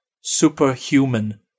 Superhuman